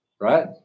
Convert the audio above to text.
Right